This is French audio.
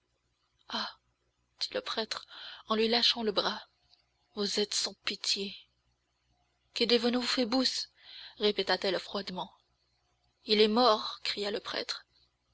dit le prêtre en lui lâchant le bras vous êtes sans pitié qu'est devenu phoebus répéta-t-elle froidement il est mort cria le prêtre